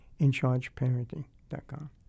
inchargeparenting.com